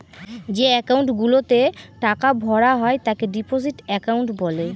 যে একাউন্ট গুলাতে টাকা ভরা হয় তাকে ডিপোজিট একাউন্ট বলে